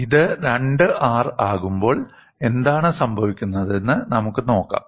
ഇത് 2R ആകുമ്പോൾ എന്താണ് സംഭവിക്കുന്നതെന്ന് നമുക്ക് നോക്കാം